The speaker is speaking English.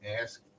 ask